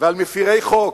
ועל מפירי חוק,